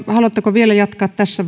haluatteko vielä jatkaa tässä